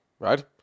right